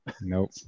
Nope